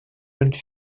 jeunes